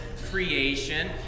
creation